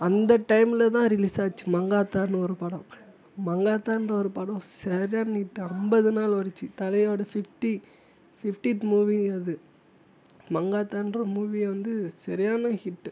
அந்த டைம்மில் தான் ரிலீஸ் ஆச்சு மங்காத்தான்னு ஒரு படம் மங்காத்தான்ற ஒரு படம் சரியான ஹிட்டு ஐம்பது நாள் ஓடிச்சி தலையோட பிஃப்டி பிஃப்டித் மூவி அது மங்காத்தான்ற மூவி வந்து சரியான ஹிட்டு